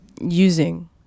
Using